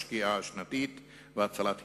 השקיעה השנתית והצלת ים-המלח,